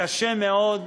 קשה מאוד